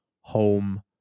home